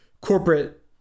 corporate